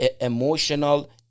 emotional